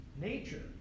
nature